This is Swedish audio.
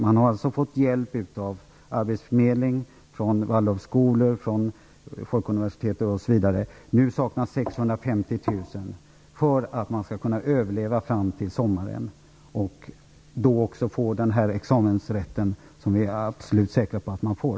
Man har fått hjälp av arbetsförmedling, av waldorfskolor, folkuniversitet osv. Nu saknas det 650 000 kr för att man skall kunna överleva fram till sommaren och då få den examensrätt som vi är absolut säkra på att man får.